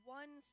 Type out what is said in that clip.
one